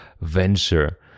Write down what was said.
venture